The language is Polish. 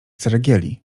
ceregieli